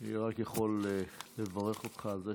אני רק יכול לברך אותך על זה